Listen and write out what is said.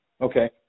Okay